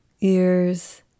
ears